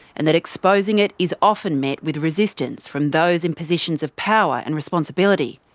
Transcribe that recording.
and that exposing it is often met with resistance from those in positions of power and responsibility.